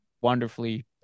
wonderfully